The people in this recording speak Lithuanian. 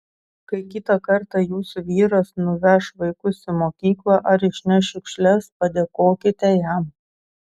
kai kitą kartą jūsų vyras nuveš vaikus į mokyklą ar išneš šiukšles padėkokite jam